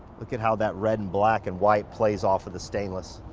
look at how that red and black and white plays off of the stainless.